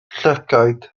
llygaid